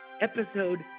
episode